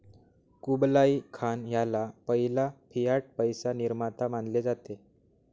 Kublai Khan ह्याला पहिला fiat पैसा निर्माता मानले जाते